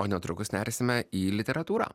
o netrukus nersime į literatūrą